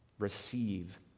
receive